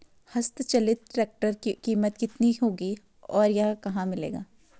हस्त चलित ट्रैक्टर की कीमत कितनी होगी और यह कहाँ मिलेगा?